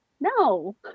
No